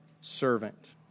servant